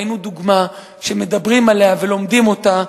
והיינו דוגמה שמדברים עליה ולומדים אותה.